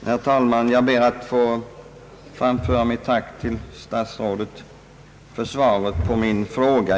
Herr talman! Jag ber att få framföra mitt tack till statsrådet för svaret.